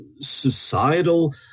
societal